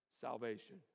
salvation